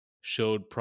showed